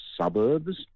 suburbs